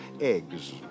eggs